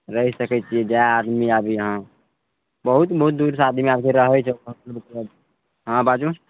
रहि सकय छियै जए आदमी आबी अहाँ बहुत बहुत दूरसँ आदमी आबय छै रहय छै हँ बाजू